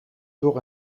door